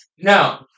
No